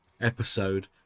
episode